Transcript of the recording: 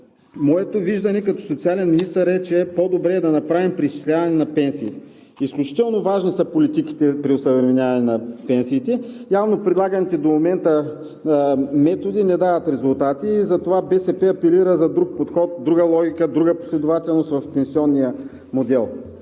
„Моето виждане като социален министър е, че по-добре е да направим преизчисляване на пенсиите.“ Изключително важни са политиките при осъвременяване на пенсиите. Явно предлаганите до момента методи не дават резултати и затова БСП апелира за друг подход, друга логика, друга последователност в пенсионния модел.